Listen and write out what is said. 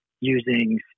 using